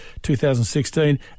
2016